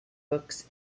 books